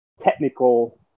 technical